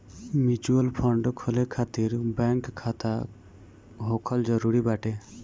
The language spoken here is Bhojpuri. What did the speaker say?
म्यूच्यूअल फंड खोले खातिर बैंक खाता होखल जरुरी बाटे